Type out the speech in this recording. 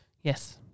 Yes